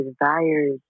desires